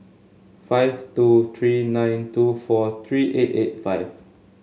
five two three nine two four three eight eight five